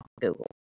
Google